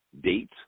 date